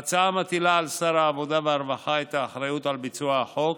ההצעה מטילה על שר העבודה והרווחה את האחריות על ביצוע החוק,